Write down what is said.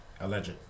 Alleged